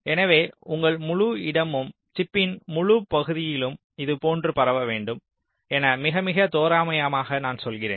எனவே உங்கள் முழு இடமும் சிப்பின் முழுப் பகுதியிலும் இது போன்று பரவ வேண்டும் என மிக மிக தோராயமாக நான் சொல்கிறேன்